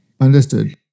Understood